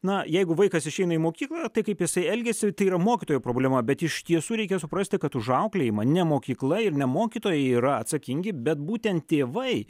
na jeigu vaikas išeina į mokyklą tai kaip jisai elgesi tai yra mokytojo problema bet iš tiesų reikia suprasti kad už auklėjimą ne mokykla ir ne mokytojai yra atsakingi bet būtent tėvai